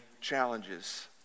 challenges